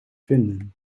vinden